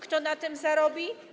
Kto na tym zarobi?